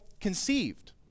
conceived